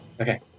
Okay